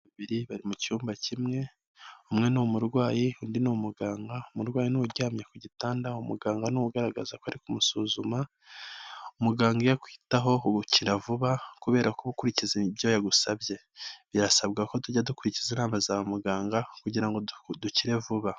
Abantu babiri bari mu cyuyumba kimwe umwe ni umurwayi undi ni umuganga, umurwayi ni uwo uryamye ku gitanda umuganga ni uwo ugaragaza ko ari kumusuzuma. Muganga iyo akwitaho ukira vuba kubera ko ukurikiza ibyo yagusabye, birasabwa ko tujya dukurikiza inama za muganga kugira ngo dukire vuba.